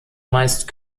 meist